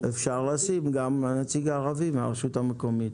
אפשר לשים גם נציג ערבי מן הרשות המקומית,